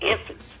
infants